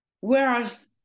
Whereas